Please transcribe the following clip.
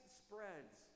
spreads